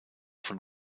von